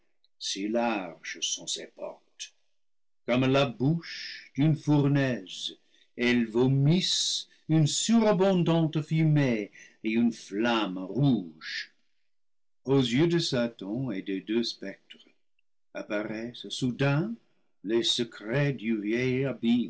si larges sont ces portes comme la bouche d'une fournaise elles vomissent une surabondante fumée et une flamme rouge aux yeux de satan et des deux spectres apparaissent soudain les secrets du